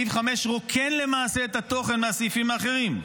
סעיף 5 רוקן למעשה את התוכן מהסעיפים האחרים.